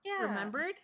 remembered